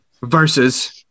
versus